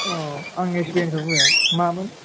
औ आं एसबिआइ निफ्राय बुंदों मामोन